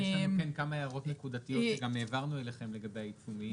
יש כאן כמה הערות נקודתיות שהעברנו אליכם לגבי העיצומים.